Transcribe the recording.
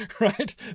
right